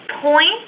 point